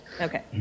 okay